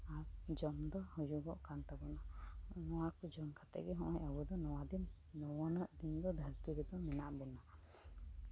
ᱟᱨ ᱡᱚᱢ ᱧᱩᱼᱫᱚ ᱦᱩᱭᱩᱜᱚᱜ ᱠᱟᱱ ᱛᱟᱵᱚᱱᱟ ᱱᱚᱣᱟ ᱠᱚ ᱡᱚᱢ ᱠᱟᱛᱮᱫ ᱜᱮ ᱱᱚᱜᱼᱚᱭ ᱟᱵᱚᱫᱚ ᱱᱚᱣᱟ ᱫᱤᱱ ᱱᱚᱣᱟ ᱨᱮᱱᱟᱜ ᱫᱤᱱ ᱫᱚ ᱟᱵᱚ ᱫᱷᱟᱨᱛᱤ ᱨᱮᱫᱚ ᱢᱮᱱᱟᱜ ᱵᱚᱱᱟ